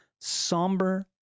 somber